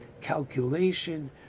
calculation